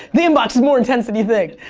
the inbox is more intense than you think.